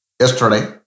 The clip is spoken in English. yesterday